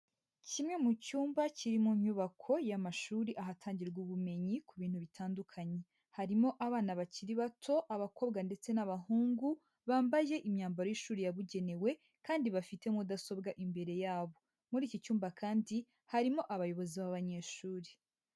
Kimwe mu cyumba kiri mu nyubako y'amashuri ahatangirwa ubumenyi ku bintu bitandukanye, harimo abana bakiri bato, abakobwa ndetse n'abahungu, bambaye imyambaro y'ishuri yabugenewe kandi bafite mudasobwa imbere yabo. Muri iki cyumba kandi harimo abayobozi b'abanyeshuri.